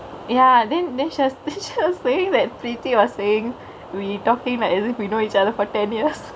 ya then dishes chose leavingk that fleet the us sayingk we document is if we know each other for babies